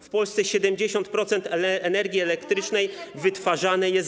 W Polsce 70% energii elektrycznej wytwarzane jest.